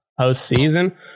postseason